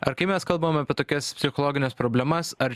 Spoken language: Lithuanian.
ar kai mes kalbam apie tokias psichologines problemas ar